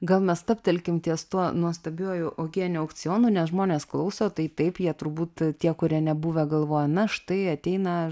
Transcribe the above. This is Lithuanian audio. gal mes stabtelkim ties tuo nuostabiuoju uogienių aukcionu nes žmonės klauso tai taip jie turbūt tie kurie nebuvę galvoja na štai ateina